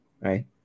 right